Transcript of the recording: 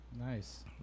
nice